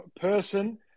person